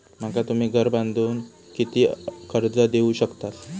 माका तुम्ही घर बांधूक किती कर्ज देवू शकतास?